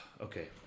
Okay